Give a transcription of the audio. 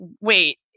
wait